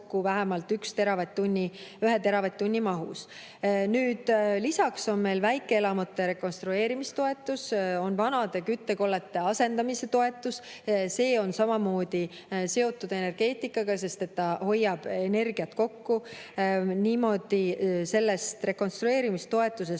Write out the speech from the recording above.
vähemalt 1 teravatt-tunni mahus. Lisaks on meil väikeelamute rekonstrueerimistoetus, on vanade küttekollete asendamise toetus. See on samamoodi seotud energeetikaga, sest see hoiab energiat kokku. Sellest rekonstrueerimistoetusest